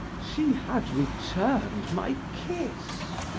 she had returned my kiss.